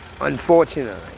unfortunately